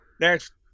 Next